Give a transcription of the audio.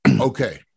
Okay